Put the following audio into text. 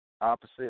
opposite